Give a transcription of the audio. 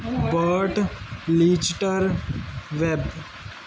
but ਲੀਚਟਰ web